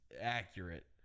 accurate